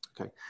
okay